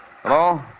Hello